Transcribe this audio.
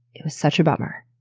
it was such a bummer.